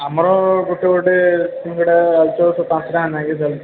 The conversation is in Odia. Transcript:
ଆମର ଗୋଟେ ଗୋଟେ ସିଙ୍ଗଡ଼ା ଅଳୁଚପ୍ ସବୁ ପାଞ୍ଚ ଟଙ୍କା ନାଖେ ଚାଲୁଛି